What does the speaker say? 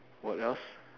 what else